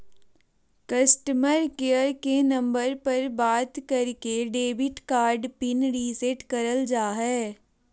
customer care के number पर बात करके डेबिट कार्ड पिन रीसेट करल जा हय